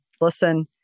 listen